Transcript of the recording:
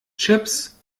chips